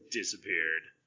disappeared